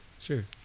Sure